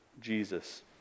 Jesus